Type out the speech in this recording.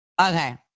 okay